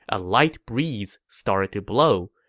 a light breeze started to blow,